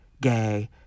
gay